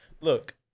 look